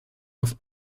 auf